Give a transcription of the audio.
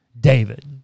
David